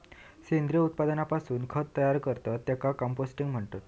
सेंद्रिय उत्पादनापासून खत तयार करतत त्येका कंपोस्टिंग म्हणतत